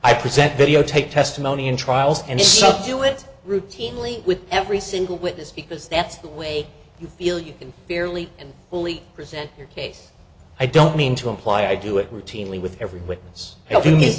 i present videotaped testimony in trials and suck do it routinely with every single witness because that's the way you feel you can fairly and fully present your case i don't mean to imply i do it routinely with every witness helping